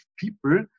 people